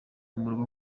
murugo